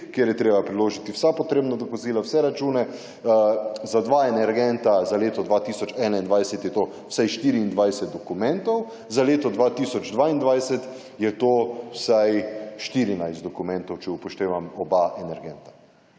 kjer je treba priložiti vsa potrebna dokazila vse račune. Za dva energenta za leto 2021 je to vsaj 24 dokumentov za leto 2022 je to vsaj 14 dokumentov, če upoštevam oba energenta.